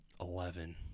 Eleven